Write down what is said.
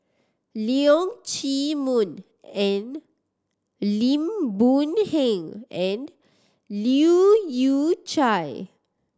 Leong Chee Mun and Lim Boon Heng and Leu Yew Chye